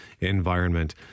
environment